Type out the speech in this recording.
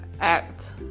act